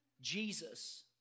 Jesus